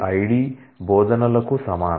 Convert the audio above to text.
ID బోధనలకు సమానం